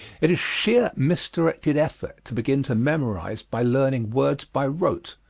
it is sheer misdirected effort to begin to memorize by learning words by rote,